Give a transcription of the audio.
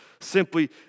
Simply